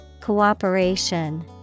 Cooperation